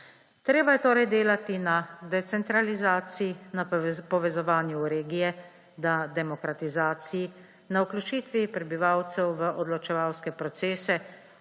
Treba je delati na decentralizaciji, na povezovanju v regije, na demokratizaciji, na vključitvi prebivalcev v odločevalske procese